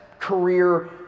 career